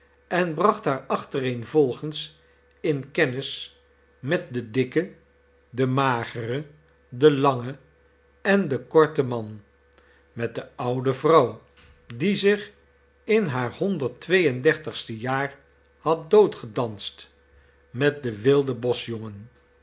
en bracht haar achtereenvolgens in kennis met den dikken den mageren den langen en den korten man met de oude vrouw die zich in haar honderd twee en dertigste jaar had doodgedanst met den wilden